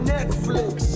Netflix